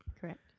Correct